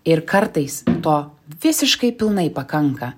ir kartais to visiškai pilnai pakanka